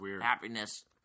happiness